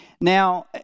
Now